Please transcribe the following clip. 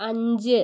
അഞ്ച്